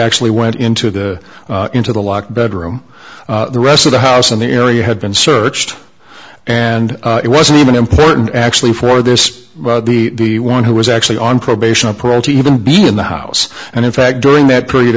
actually went into the into the locked bedroom the rest of the house in the area had been searched and it wasn't even important actually for this the one who was actually on probation or parole to even be in the house and in fact during that period